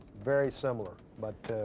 very similar. but